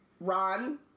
Ron